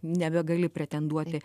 nebegali pretenduoti